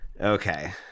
Okay